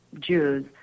Jews